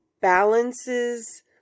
balances